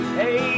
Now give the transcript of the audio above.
hey